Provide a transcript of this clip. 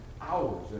hours